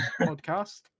podcast